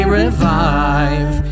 revive